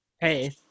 Hey